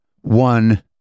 One